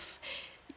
natural birth